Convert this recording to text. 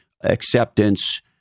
acceptance